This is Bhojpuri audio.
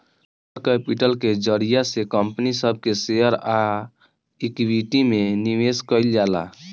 वेंचर कैपिटल के जरिया से कंपनी सब के शेयर आ इक्विटी में निवेश कईल जाला